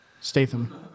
Statham